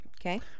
Okay